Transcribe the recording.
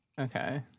Okay